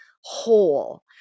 whole